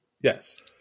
Yes